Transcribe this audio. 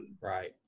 Right